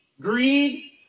greed